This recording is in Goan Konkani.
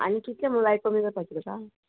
आनी कितले मुलाय कमी जाताचे तुका